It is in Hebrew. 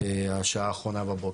השנה האחרונה בבוקר.